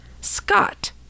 Scott